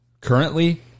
currently